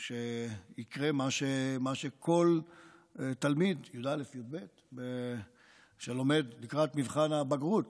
שיקרה מה שכל תלמיד י"א=י"ב שלומד לקראת מבחן הבגרות